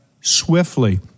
swiftly